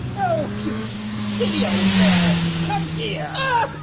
oh, you silly old mayor, come yeah